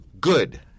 good